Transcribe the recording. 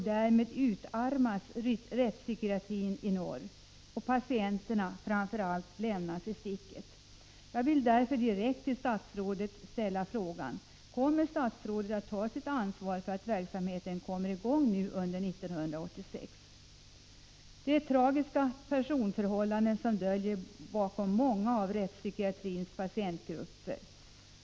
Därmed utarmas rättspsykiatrin i norr, och framför allt patienterna lämnas i sticket. Det är tragiska personförhållanden som döljer sig bakom många av rättspsykiatrins patientgrupper.